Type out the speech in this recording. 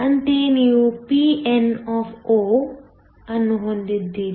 ಅಂತೆಯೇ ನೀವು pn ಅನ್ನು ಹೊಂದಿದ್ದೀರಿ